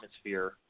atmosphere